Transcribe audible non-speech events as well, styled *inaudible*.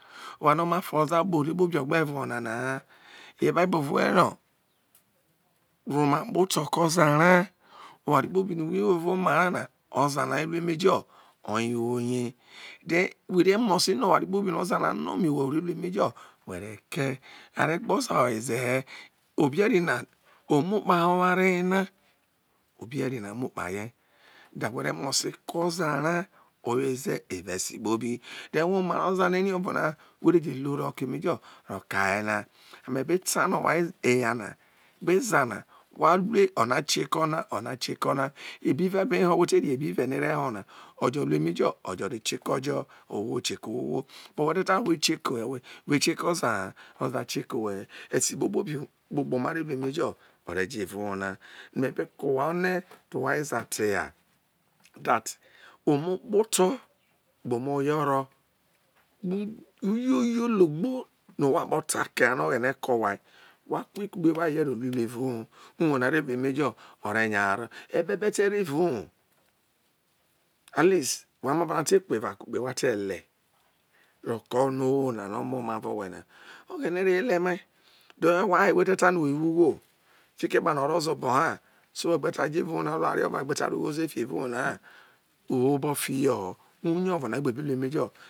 *unintelligible* oware no oma to oza kpo re kpobi ogbe̱ vre̱ onana ha e ebinibo ve we̱ no̱ ro makpoto̱ ke̱ o̱za ra oware kpobi no̱ we wo eva oma ra oye woye then we̱ re̱ mo̱ se oware kpobi no oza no mi owhe̱ we̱re̱ kei are̱ gbo̱ o̱za oweze obe e̱ri na omu kpiho ohare ye na obe eri no mukpahe da re mose ke̱ oza ra oweze̱ evao esi kpobi ere ovona re oza weje lu emajo ro ka nye na gbe eza wa lue o̱na ku ko ona one kie ko̱ na ebo ivi be ho we te ri ebo ive ne be ho ojo lu ene jo̱ o̱jo̱ re je ko jo owho kie ko̱ owho who but we te ta no we ju ke we we kra ko̱o̱za ha o̱za kie ko owhe esi kpokpobi okpokpo mare lu emejo o̱re̱ jo̱ evao uwo na ine be ko owha one to wai eza te eya that omo kpoto gbe uma yoro uyoyo logbo no̱ owho akpo̱ ta ke ha no o̱ghene̱ o̱ ke owhai wa re ye ro lu iruo evao uwo yo ore ya haro yo̱ ebe be te ro evao uwo *hesitation* at liet wa ma va ne te eva kugbe we te le ro̱ ko̱ onowo na no̱ mo na avo owe na oghene vo yo ehe mai then we ayae we te ta no we wo ugho fiki epano oro oza obo na so we gbe ta jo evao uwo na lu oware o̱vo ho ze fi eva uwo na ha we wo obofio ho eyoma na we̱ gbe̱ be la na